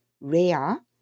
rare